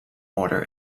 order